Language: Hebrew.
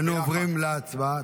אנו עוברים להצבעה.